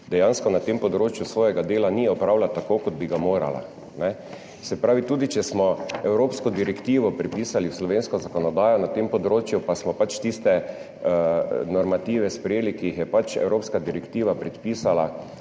dejansko na tem področju svojega dela ni opravila tako, kot bi ga morala, se pravi, tudi če smo evropsko direktivo prepisali v slovensko zakonodajo na tem področju pa smo pač tiste normative sprejeli, ki jih je evropska direktiva predpisala.